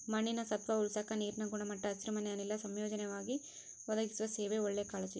ಮಣ್ಣಿನ ಸತ್ವ ಉಳಸಾಕ ನೀರಿನ ಗುಣಮಟ್ಟ ಹಸಿರುಮನೆ ಅನಿಲ ಸಂಯೋಜನೆಗಾಗಿ ಒದಗಿಸುವ ಸೇವೆ ಒಳ್ಳೆ ಕಾಳಜಿ